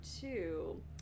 two